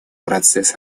процесс